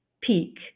peak